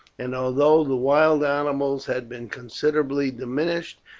and although the wild animals had been considerably diminished,